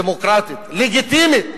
דמוקרטית, לגיטימית,